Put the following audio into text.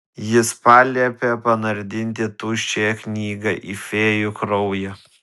jis paliepė panardinti tuščiąją knygą į fėjų kraują